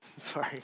Sorry